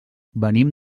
venim